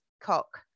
cock